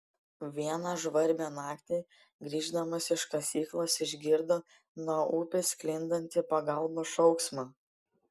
vieną žvarbią naktį grįždamas iš kasyklos išgirdo nuo upės sklindantį pagalbos šauksmą